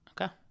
Okay